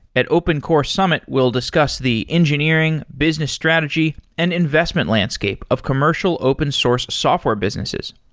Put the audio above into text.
at open core summit, we'll discuss the engineering, business strategy and investment landscape of commercial open source software businesses.